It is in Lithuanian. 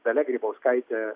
dalia grybauskaitė